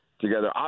together